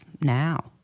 now